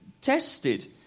tested